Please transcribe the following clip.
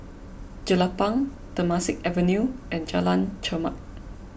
Jelapang Temasek Avenue and Jalan Chermat